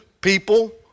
people